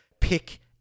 pick